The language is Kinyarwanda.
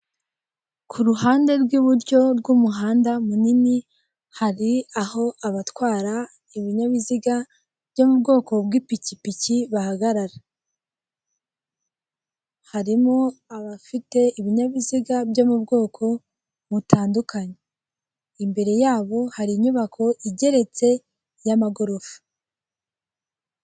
Ku ruhande rw'iburyo rw'umuhanda munini, hari aho abatwara ibinyabiziga byo mu bwoko bw'ipikipiki bahagarara. Harimo abafite ibinyabiziga byo mu bwoko butandukanye, imbere yabo hari inyubako igeretse y'amagorofa.